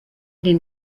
den